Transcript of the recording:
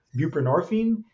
buprenorphine